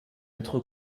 autre